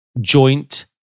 joint